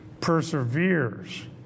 perseveres